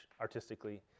artistically